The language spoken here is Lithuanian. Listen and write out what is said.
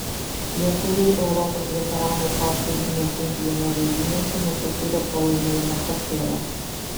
lietuviai europos veteranų paplūdimio tinklinio žaidynėse nepatyrė pralaimėjimo kartėlio